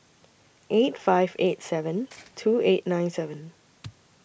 eight five eight seven two eight nine seven